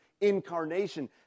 incarnation